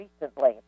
recently